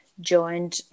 joined